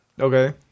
Okay